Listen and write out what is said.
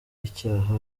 icyaha